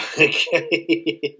Okay